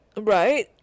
right